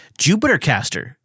JupiterCaster